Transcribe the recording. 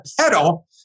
pedal